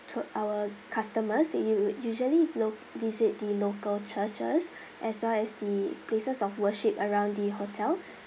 our customers they usually lo~ visit the local churches as well as the places of worship around the hotel